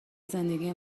زندگی